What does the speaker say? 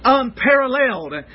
unparalleled